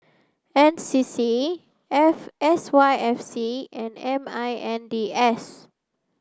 N C C F S Y F C and M I N D S